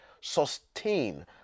sustain